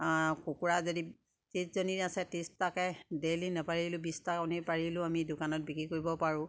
কুকুৰা যদি ত্ৰিছজনীৰ আছে ত্ৰিছটাকে ডেইলি নেপাৰিলেও বিছটা কণী পাৰিলেও আমি দোকানত বিক্ৰী কৰিব পাৰোঁ